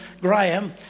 Graham